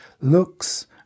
looks